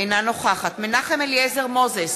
אינה נוכחת מנחם אליעזר מוזס,